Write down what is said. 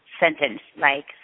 sentence-like